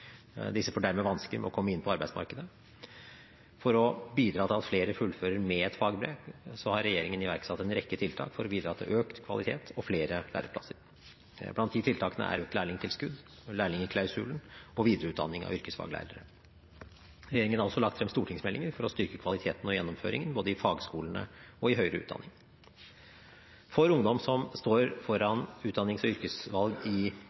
Disse får dermed vansker med å komme inn på arbeidsmarkedet. For å bidra til at flere fullfører med et fagbrev har regjeringen iverksatt en rekke tiltak for å bidra til økt kvalitet og flere læreplasser. Blant de tiltakene er økt lærlingtilskudd, lærlingeklausulen og videreutdanning av yrkesfaglærere. Regjeringen har også lagt frem stortingsmeldinger for å styrke kvaliteten og gjennomføringen både i fagskolene og i høyere utdanning. For ungdom som står foran utdannings- og yrkesvalg i